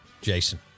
Jason